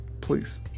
please